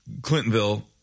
Clintonville